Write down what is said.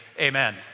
amen